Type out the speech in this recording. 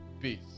peace